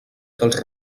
dels